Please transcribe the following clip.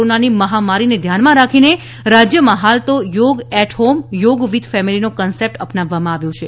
કોરોનાની મહામારીને ધ્યાનમાં રાખીને રાજ્યમાં હાલ તો યોગ એટ હોમ યોગ વીથ ફેમિલીનો કન્સેપ્ટ અપનાવવામાં આવ્યો છે